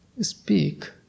speak